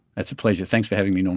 it's a pleasure, thanks for having me,